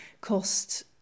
cost